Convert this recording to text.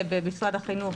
במשרד החינוך